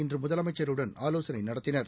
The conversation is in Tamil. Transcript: இன்று முதலமைச்சருடன் ஆலோசனை நடத்தினர்